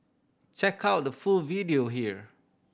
check out the full video here